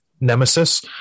nemesis